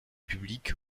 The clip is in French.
public